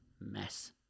mess